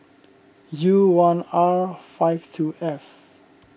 U one R five two F